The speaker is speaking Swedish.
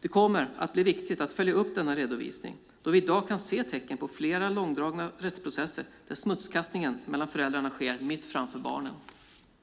Det kommer att bli viktigt att följa upp denna redovisning, då vi i dag kan se tecken på flera långdragna rättsprocesser där smutskastning mellan föräldrarna sker mitt framför barnen.